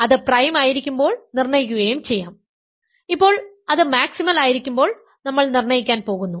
അത് പ്രൈം ആയിരിക്കുമ്പോൾ നിർണ്ണയിക്കുകയും ചെയ്യാം ഇപ്പോൾ അത് മാക്സിമൽ ആയിരിക്കുമ്പോൾ നമ്മൾ നിർണ്ണയിക്കാൻ പോകുന്നു